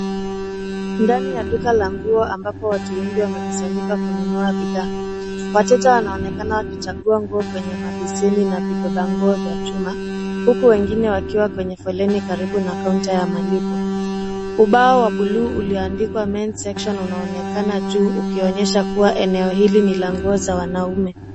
Ndani ya duka la nguo ambapo watu wengi wamekusanyika kununua bidhaa. Wateja wanaonekana wakichagua nguo kwenye mabeseni na vibeba nguo vya chuma huku wengine wakiwa kwenye foleni karibu na kaunta ya malipo. Ubao wa bluu ilioandikwa men section unaonekana juu ukionyesha eneo hili ni la nguo za wanaume.